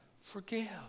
forgive